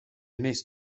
wnest